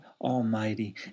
Almighty